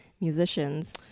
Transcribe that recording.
musicians